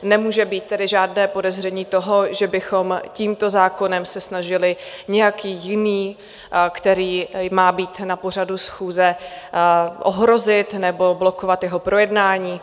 Nemůže být tedy žádné podezření, že bychom tímto zákonem se snažili nějaký jiný, který má být na pořadu schůze, ohrozit nebo blokovat jeho projednání.